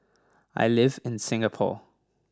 I live in Singapore